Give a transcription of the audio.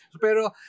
Pero